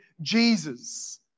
Jesus